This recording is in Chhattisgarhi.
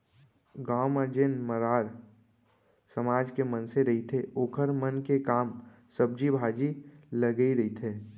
गाँव म जेन मरार समाज के मनसे रहिथे ओखर मन के काम सब्जी भाजी के लगई रहिथे